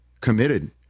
committed